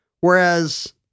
Whereas